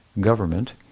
government